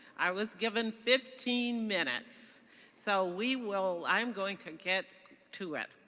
i was given fifteen minutes so we will i'm going to get to it.